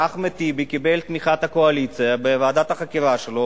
ואחמד טיבי קיבל את תמיכת הקואליציה בוועדת החקירה שלו,